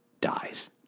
dies